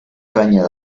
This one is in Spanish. caña